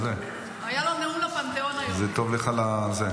זה טוב לך לזה.